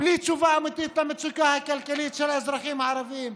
למצוקה הכלכלית של האזרחים הערבים,